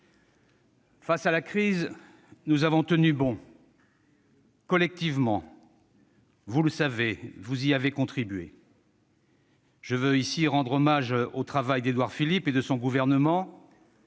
Face à la crise, nous avons tenu bon, collectivement ; vous le savez, vous y avez contribué. « Je veux ici rendre hommage au travail d'Édouard Philippe et de son gouvernement.